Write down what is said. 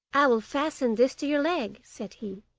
i will fasten this to your leg said he,